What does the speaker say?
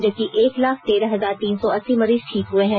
जबकि एक लाख तेरह हजार तीन सौ अस्सी मरीज ठीक हुए हैं